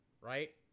right